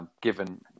Given